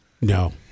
No